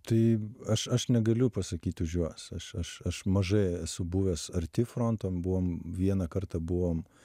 tai aš aš negaliu pasakyti už juos aš aš aš mažai esu buvęs arti fronto buvom vieną kartą buvom